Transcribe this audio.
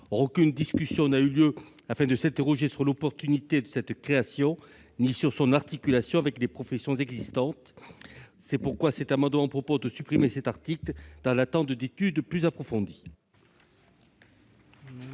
aucune discussion n'a eu lieu afin de s'interroger sur l'opportunité d'une telle création ou sur son articulation avec les professions existantes. Cet amendement vise donc à supprimer le présent article dans l'attente d'études plus approfondies.